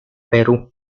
perú